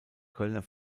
kölner